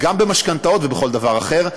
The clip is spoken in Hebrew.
במשכנתאות ובכל דבר אחר,